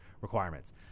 requirements